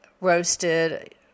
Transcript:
roasted